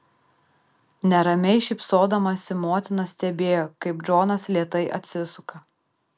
neramiai šypsodamasi motina stebėjo kaip džonas lėtai atsisuka